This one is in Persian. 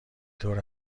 طور